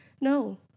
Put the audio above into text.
No